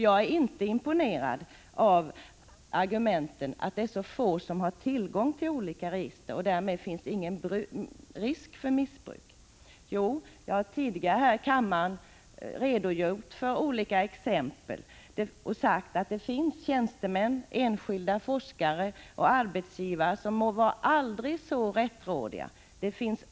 Jag är inte imponerad av argumentet att det är så få som har tillgång till olika register och att det därmed inte finns någon risk för missbruk. Jo, det finns det, och jag har tidigare här i kammaren redogjort för olika exempel. Jag har pekat på att det finns risk för missbruk bland tjänstemän, enskilda forskare och arbetsgivare, som må vara aldrig så rättrådiga.